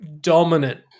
dominant